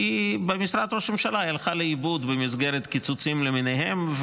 כי במשרד ראש הממשלה היא הלכה לאיבוד במסגרת קיצוצים למיניהם,